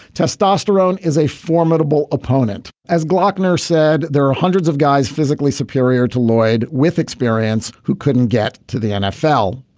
testosterone is a formidable opponent as lochner said there are hundreds of guys physically superior to lloyd with experience who couldn't get to the nfl.